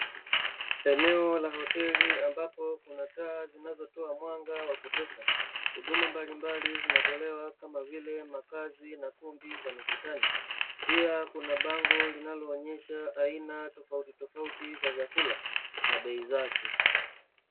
Eneo la hoteli ambapo kuna taa zinazotoa mwanga wa kutosha, huduma mbalimbali zinatolewa kama vile makazi na kumbi za mikutano. Pia kuna bango linaloonyesha aina tofautitofauti za vyakula na bei zake.